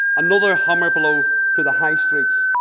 another hammer blow to the high streets.